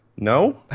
No